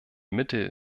mittel